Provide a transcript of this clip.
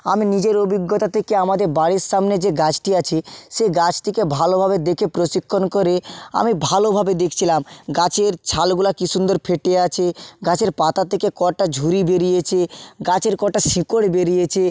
আমি নিজের অভিজ্ঞতা থেকে আমাদের বাড়ির সামনে যে গাছটি আছে সে গাছটিকে ভালোভাবে দেখে প্রশিক্ষণ করে আমি ভালোভাবে দেখছিলাম গাছের ছালগুলা কী সুন্দর ফেটে আছে গাছের পাতা থেকে কটা ঝুরি বেরিয়েছে গাছের কটা শেকড় বেরিয়েছে